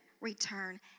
return